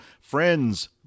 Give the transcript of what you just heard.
friends